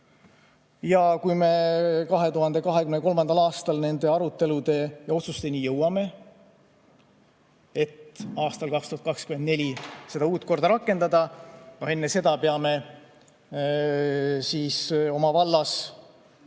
Ja kui me 2023. aastal nende arutelude ja otsusteni jõuame, et aastal 2024 seda uut korda rakendada, enne seda peame oma vallas